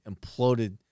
imploded